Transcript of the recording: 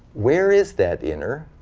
where is that inner?